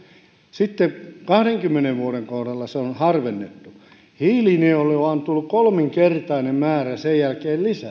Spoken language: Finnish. sitten kahdenkymmenen vuoden kohdalla on harvennettu hiilinielua on tullut kolminkertainen määrä sen jälkeen lisää